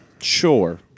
Sure